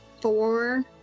four